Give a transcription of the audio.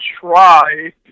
try